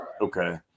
Okay